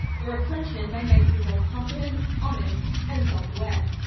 the reflection may make you more confident, honest, and self-aware.